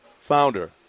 founder